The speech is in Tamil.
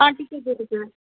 ஆ டிக்கெட் எடுக்கு